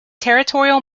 territorial